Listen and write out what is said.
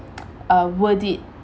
are worth it